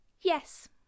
Yes